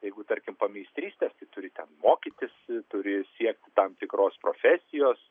jeigu tarkim pameistrystės tai turi ten mokytis turi siekti tam tikros profesijos